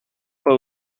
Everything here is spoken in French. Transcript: pas